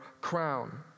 crown